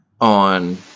on